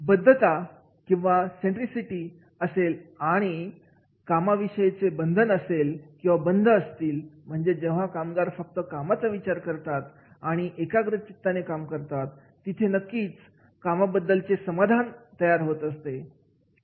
जिथे job centricity आणि job concentration असतं म्हणजे जेव्हा कामगार फक्त कामाचा विचार करतात आणि एकाग्रचित्ताने काम करतात तिथे नक्कीच जॉब सतिस्फॅक्शन असते